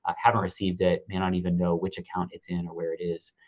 ah haven't received it and don't even know which account it's in or where it is.